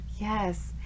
Yes